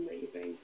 amazing